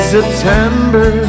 September